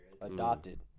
Adopted